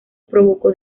provocó